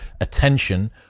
attention